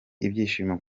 ibyishimo